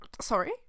sorry